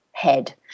head